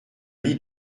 lit